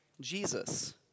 Jesus